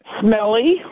Smelly